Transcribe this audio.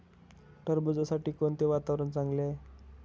टरबूजासाठी कोणते वातावरण चांगले आहे?